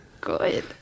good